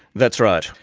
that's right.